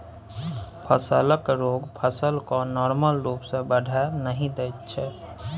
फसलक रोग फसल केँ नार्मल रुप सँ बढ़य नहि दैत छै